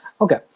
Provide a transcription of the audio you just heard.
Okay